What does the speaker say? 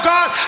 God